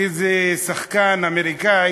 איזה שחקן אמריקני